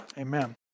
Amen